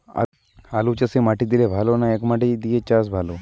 আলুচাষে মাটি দিলে ভালো না একমাটি দিয়ে চাষ ভালো?